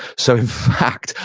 so fact,